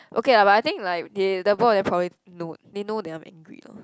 okay lah but I think like they probably know they know I'm angry lah